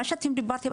מה שאתם דיברתם,